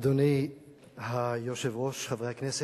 אדוני היושב-ראש, חברי הכנסת,